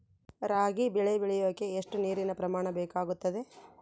ರಾಗಿ ಬೆಳೆ ಬೆಳೆಯೋಕೆ ಎಷ್ಟು ನೇರಿನ ಪ್ರಮಾಣ ಬೇಕಾಗುತ್ತದೆ?